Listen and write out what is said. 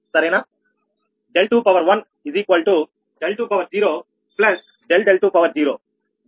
936అది −3